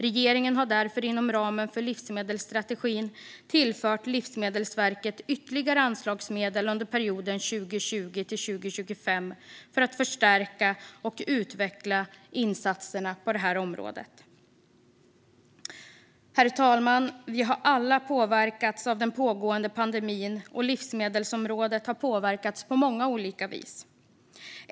Regeringen har därför inom ramen för livsmedelsstrategin tillfört Livsmedelsverket ytterligare anslagsmedel under perioden 2020-2025 för att förstärka och utveckla insatserna på detta område. Herr talman! Vi har alla påverkats av den pågående pandemin, och livsmedelsområdet har påverkats på många olika vis.